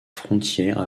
frontière